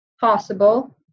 Possible